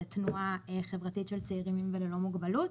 שזו תנועה חברתית של צעירים עם וללא מוגבלות